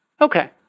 Okay